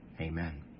Amen